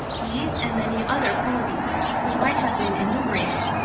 these, and many other qualities, which might have been enumerated,